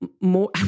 more